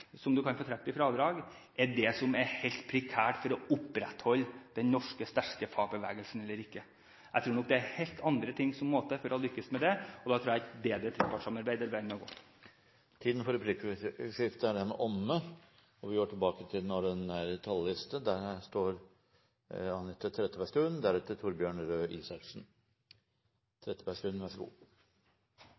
som man kan få trukket fra i fradrag, er helt prekært for å opprettholde den sterke norske fagbevegelsen eller ikke. Jeg tror nok det er helt andre ting som må til for å lykkes med det, og da tror jeg et bedre trepartssamarbeid er veien å gå. Replikkordskiftet er dermed omme. Dette budsjettet viser klare og tydelige politiske forskjeller mellom regjeringen og opposisjonen. Dette budsjettet viser også at valget til